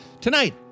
tonight